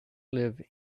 live